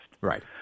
Right